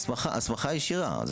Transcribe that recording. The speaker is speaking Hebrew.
הסמכה ישירה.